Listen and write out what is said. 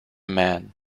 man